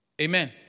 Amen